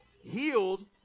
healed